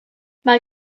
mae